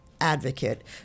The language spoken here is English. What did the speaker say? Advocate